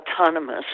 autonomous